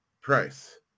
price